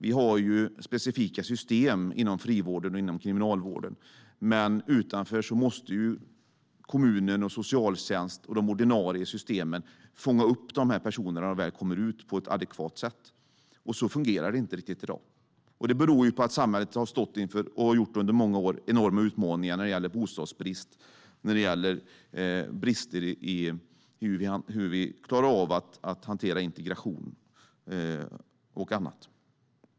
Vi har specifika system inom frivården och kriminalvården. Men utanför måste kommunen, socialtjänst och de ordinarie systemen på ett adekvat sätt fånga upp dessa personer när de väl kommer ut. Så fungerar det inte riktigt i dag. Det beror på att samhället under många år har stått inför enorma utmaningar när det gäller bostadsbrist och brister i hur vi klarar av att hantera integration och annat.